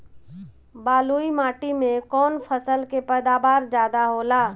बालुई माटी में कौन फसल के पैदावार ज्यादा होला?